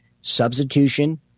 substitution